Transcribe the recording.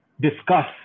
discuss